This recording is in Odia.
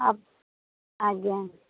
ଆଜ୍ଞା